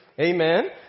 Amen